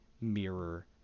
mirror